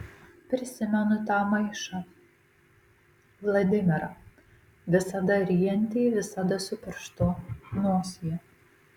prisimenu tą maišą vladimirą visada ryjantį visada su pirštu nosyje